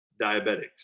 diabetics